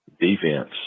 defense